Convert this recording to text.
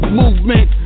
movement